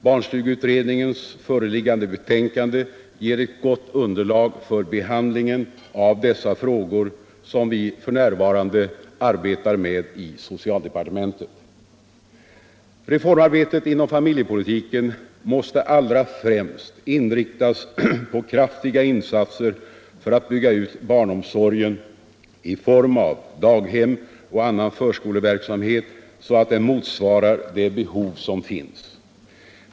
Barnstugeutredningens föreliggande betänkande ger ett gott underlag för behandlingen av dessa frågor, som vi för närvarande arbetar med i socialdepartementet. Reformarbetet inom familjepolitiken måste allra främst inriktas på kraftiga insatser för att bygga ut barnomsorgen i form av daghem och annan förskoleverksamhet så att den motsvarar det behov som finns.